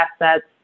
assets